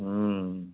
हूं